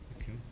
Okay